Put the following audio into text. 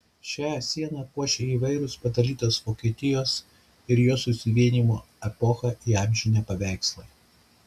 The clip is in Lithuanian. šią sieną puošia įvairūs padalytos vokietijos ir jos susivienijimo epochą įamžinę paveikslai